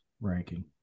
ranking